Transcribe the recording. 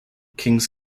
kings